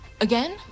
Again